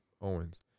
Owens